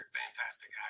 fantastic